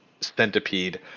centipede